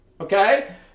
okay